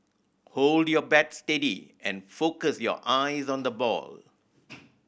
hold your bat steady and focus your eyes on the ball